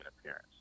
appearance